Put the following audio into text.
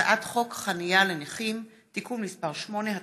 הצעת חוק חניה לנכים (תיקון מס' 89),